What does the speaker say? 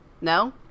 No